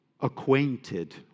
acquainted